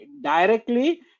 directly